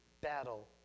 battle